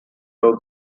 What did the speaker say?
low